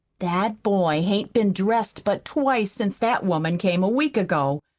that boy hain't been dressed but twice since that woman came a week ago.